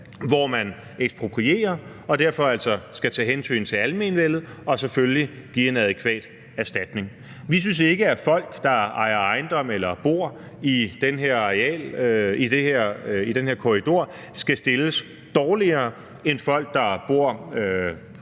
hvor man eksproprierer og derfor altså skal tage hensyn til almenvellet og selvfølgelig give en adækvat erstatning. Vi synes ikke, at folk, der ejer ejendomme eller bor i den her korridor, skal stilles dårligere end folk, der bor